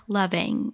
loving